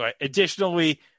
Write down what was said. additionally